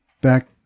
back